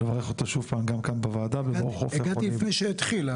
הגעתי עוד לפני שהתחיל.